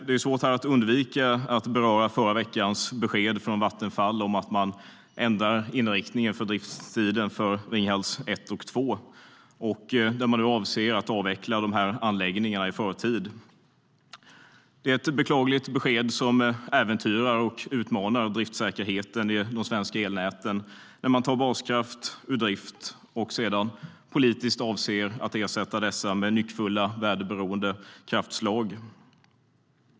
Det är svårt att undvika att beröra förra veckans besked från Vattenfall om att man ändrar inriktningen för driftstiden för Ringhals 1 och 2 och nu avser att avveckla dessa anläggningar i förtid. Det är ett beklagligt besked som äventyrar och utmanar driftssäkerheten i de svenska elnäten när man tar baskraft ur drift och sedan politiskt avser att ersätta den med nyckfulla, väderberoende kraftslag.